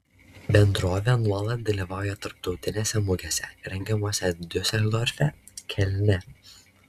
bendrovė nuolat dalyvauja tarptautinėse mugėse rengiamose diuseldorfe kelne